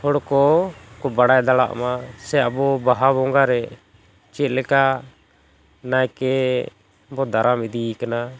ᱦᱚᱲ ᱠᱚ ᱠᱚ ᱵᱟᱲᱟᱭ ᱫᱟᱲᱮᱭᱟᱜ ᱢᱟ ᱥᱮ ᱟᱵᱚ ᱵᱟᱦᱟ ᱵᱚᱸᱜᱟ ᱨᱮ ᱪᱮᱫ ᱞᱮᱠᱟ ᱱᱟᱭᱠᱮ ᱵᱚ ᱫᱟᱨᱟᱢ ᱤᱫᱤᱭᱮ ᱠᱟᱱᱟ